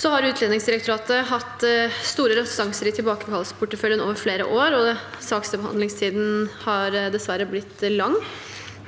Utlendingsdirektoratet har hatt store restanser i tilbakekallsporteføljen over flere år, og saksbehandlingstiden er dessverre blitt lang.